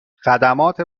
خدمات